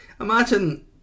imagine